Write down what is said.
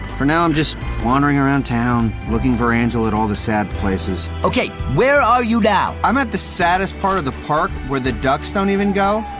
for now i'm just wandering around town looking for angela at all the sad places. okay. where are you now? i'm at the saddest part of the park where the ducks don't even go.